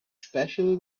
especially